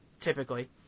typically